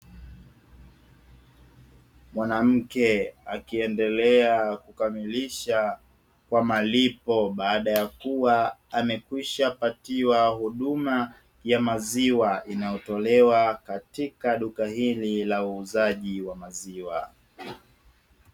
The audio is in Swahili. Mwanamke akiendelea kukamilisha kwa malipo baada ya kuwa amekwishapatiwa huduma ya maziwa inayotolewa katika duka hili la uuzaji wa maziwa.